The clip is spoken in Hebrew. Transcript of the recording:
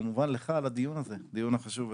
וכמובן לך על הדיון החשוב הזה.